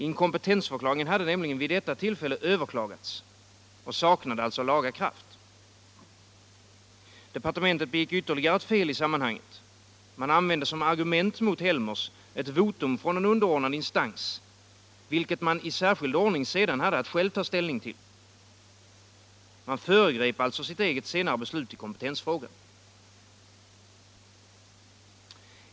Inkompetensförklaringen hade nämligen vid detta tillfälle överklagats och saknade alltså laga kraft. Departementet begick ytterligare ett fel i sammanhanget: man använde som argument mot Helmers ett votum från en underordnad instans, vilket man i särskild ordning sedan hade att själv ta ställning till. Man föregrep därmed sitt eget senare beslut i kompetensfrågan.